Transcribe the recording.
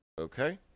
Okay